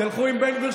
תלכו עם בן גביר,